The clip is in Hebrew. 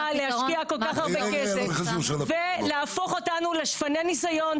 להשקיע כל כך הרבה כסף ולהפוך אותנו לשפני ניסיון?